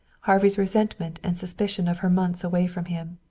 harvey's resentment and suspicion of her months away from him.